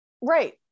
Right